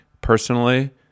personally